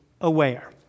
aware